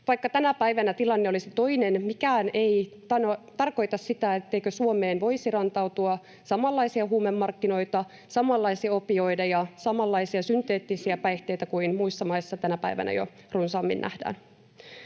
vaikka tänä päivänä tilanne olisi toinen, mikään ei tarkoita, etteikö Suomeen voisi rantautua samanlaisia huumemarkkinoita, samanlaisia opioideja ja samanlaisia synteettisiä päihteitä kuin muissa maissa tänä päivänä jo runsaammin nähdään.